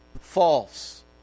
false